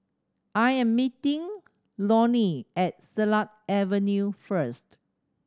I am meeting Leonie at Silat Avenue first